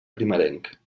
primerenc